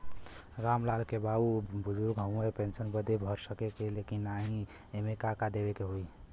राम लाल के बाऊ बुजुर्ग ह ऊ पेंशन बदे भर सके ले की नाही एमे का का देवे के होई?